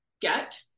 get